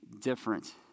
different